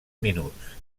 minuts